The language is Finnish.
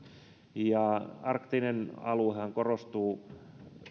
ja arktinen aluehan korostuu